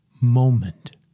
moment